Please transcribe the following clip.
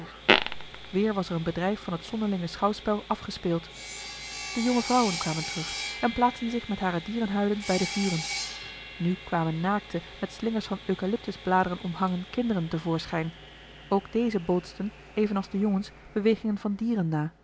weer was er een bedrijf van het zonderlinge schouwspel afgespeeld de jonge vrouwen kwamen terug en plaatsten zich met hare dierenhuiden bij de vuren nu kwamen naakte met slingers van eucalyptusbladeren omhangen kinderen te voorschijn ook deze bootsten evenals de jongens bewegingen van dieren na